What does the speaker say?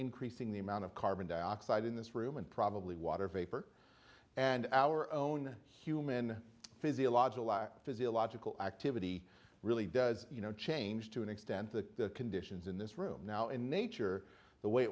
increasing the amount of carbon dioxide in this room and probably water vapor and our own human physiological act physiological activity really does you know change to an extent the conditions in this room now in nature the w